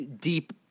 deep